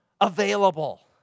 available